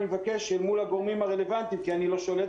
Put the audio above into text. נבקש מול הגורמים הרלוונטיים כי אני לא שולט עליהם.